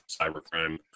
Cybercrime